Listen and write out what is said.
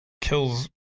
kills